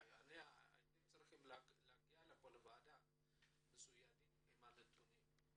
אתם צריכים להגיע לוועדה מצוידים בנתונים.